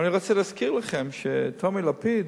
אבל אני רוצה להזכיר לכם שטומי לפיד,